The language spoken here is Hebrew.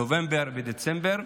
נובמבר ודצמבר.